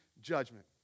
judgment